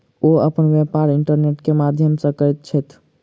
ओ अपन व्यापार इंटरनेट के माध्यम से करैत छथि